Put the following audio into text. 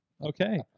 Okay